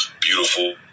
beautiful